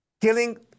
killing